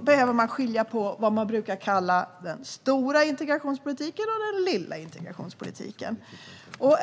behöver man skilja på det som brukar kallas den stora integrationspolitiken och det som brukar kallas den lilla integrationspolitiken.